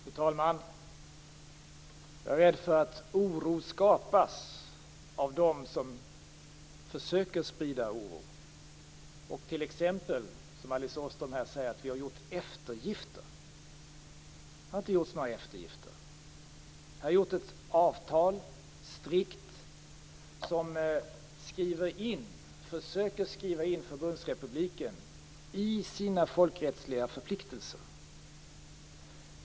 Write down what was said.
Fru talman! Jag är rädd för att oro skapas av dem som försöker sprida oro och t.ex. som Alice Åström här säger att vi har gjort eftergifter. Det har inte gjorts några eftergifter. Det har gjorts ett strikt avtal som försöker skriva in Förbundsrepubliken i sina folkrättsliga förpliktelser.